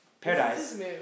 Paradise